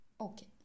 Okay